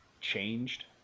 changed